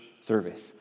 service